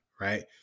right